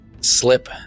slip